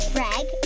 Greg